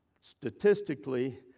statistically